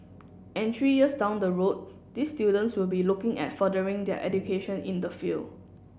and three years down the road these students will be looking at furthering their education in the field